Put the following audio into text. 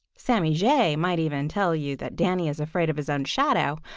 sammy jay might even tell you that danny is afraid of his own shadow,